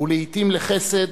ולעתים לחסד,